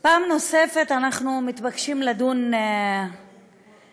פעם נוספת אנחנו מתבקשים לדון בהצעה